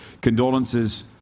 condolences –